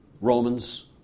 Romans